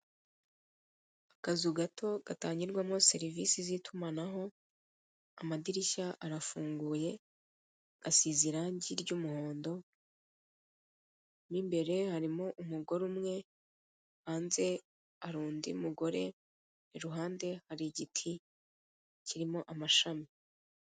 Akazu gato gatangirwamo serivise z'itumanaho amadrirshya arafunguye, gasize irange ry'umuhono mo imbere hari umugore umwe, hanze hari undi mugore ku ruhande har igiti kirimo amashami.